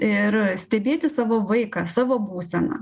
ir stebėti savo vaiką savo būseną